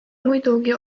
muidugi